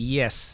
yes